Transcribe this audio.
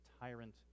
tyrant